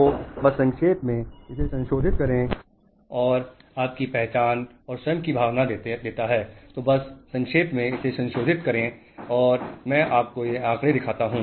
तो बस संक्षेप में इसे संशोधित करें और मैं आपको ये आंकड़े दिखाऊंगा